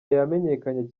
yamenyekanye